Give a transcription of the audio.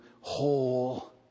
whole